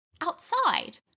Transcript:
outside